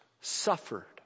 suffered